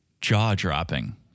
jaw-dropping